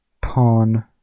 Pawn